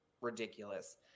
ridiculous